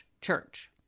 church